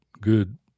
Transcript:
good